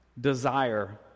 desire